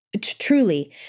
Truly